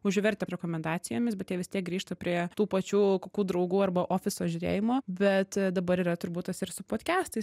užvertę rekomendacijomis bet jie vis tiek grįžta prie tų pačių kokių draugų arba ofiso žiūrėjimo bet dabar yra turbūt tas ir su podkestais